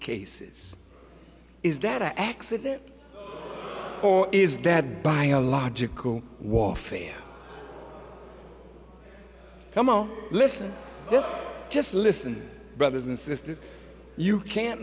cases is that a accident or is that biological warfare from oh listen this just listen brothers and sisters you can't